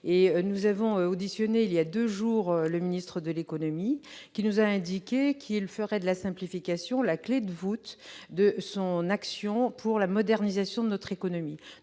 nous avons auditionné il y a 2 jours, le ministre de l'économie, qui nous a indiqué qu'il ferait de la simplification, la clé de voûte de son action pour la modernisation de notre économie,